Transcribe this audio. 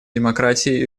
демократии